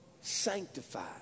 sanctified